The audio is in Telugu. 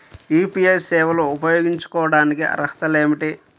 యూ.పీ.ఐ సేవలు ఉపయోగించుకోటానికి అర్హతలు ఏమిటీ?